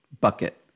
bucket